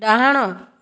ଡ଼ାହାଣ